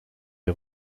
des